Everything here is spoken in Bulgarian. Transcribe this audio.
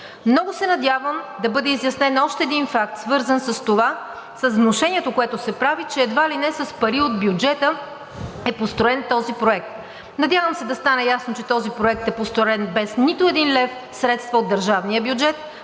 Много се надявам да бъде изяснен още един факт, свързан с това – с внушението, което се прави, че едва ли не с пари от бюджета е построен този проект. Надявам се да стане ясно, че този проект е построен без нито един лев средства от държавния бюджет.